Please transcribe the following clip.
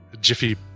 Jiffy